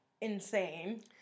insane